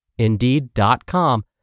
Indeed.com